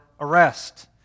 arrest